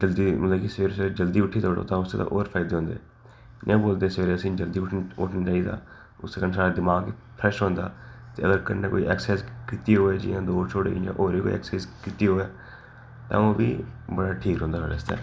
जल्दी मतलब कि सवेरे सवेरे जल्दी उट्ठी ओड़ो तां उस दे होर फायदे होंदे इ'यां बोलदे सवेरे असेंगी जल्दी उट्ठना चाहिदा उसदे कन्नै साढ़ा दिमाग फ्रैश होंदा ते अगर कन्नै कोई ऐक्सरसाइज कीती होऐ जि'यां दौड़ शोड़ जि'यां होर कोई ऐक्सरसाइज कीती होऐ तां ओह् बी बड़ा ठीक रौंह्दा साढ़े आस्तै